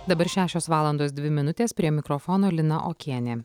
dabar šešios valandos dvi minutės prie mikrofono lina okienė